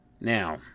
now